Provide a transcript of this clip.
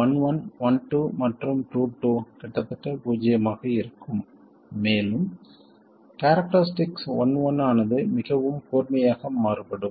11 12 மற்றும் 22 கிட்டத்தட்ட பூஜ்ஜியமாக இருக்கும் மேலும் கேரக்டரிஸ்டிக்ஸ் 11 ஆனது மிகவும் கூர்மையாக மாறுபடும்